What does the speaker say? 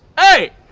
hey!